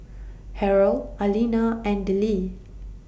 Harrell Arlena and Dellie